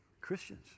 Christians